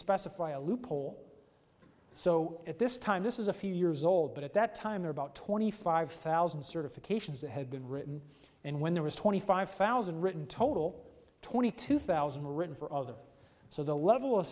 specify a loophole so at this time this is a few years old but at that time there about twenty five thousand certifications that had been written and when there was twenty five thousand written total twenty two thousand written for other so the level of